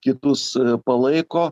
kitus palaiko